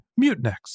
Mutinex